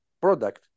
product